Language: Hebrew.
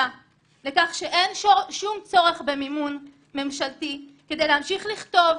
לכך שאין שום צורך במימון ממשלתי כדי להמשיך לכתוב,